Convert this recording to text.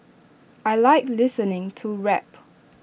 I Like listening to rap